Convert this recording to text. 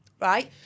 right